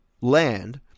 land